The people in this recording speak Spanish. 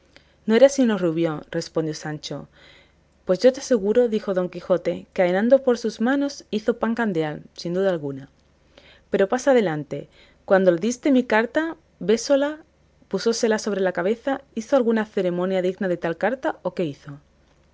no era sino rubión respondió sancho pues yo te aseguro dijo don quijote que ahechado por sus manos hizo pan candeal sin duda alguna pero pasa adelante cuando le diste mi carta besóla púsosela sobre la cabeza hizo alguna ceremonia digna de tal carta o qué hizo